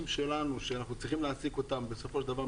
שלנו שאנחנו צריכים להעסיק מפוטרים.